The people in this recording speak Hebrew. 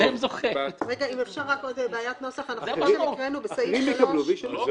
אחרים יקבלו וישלמו.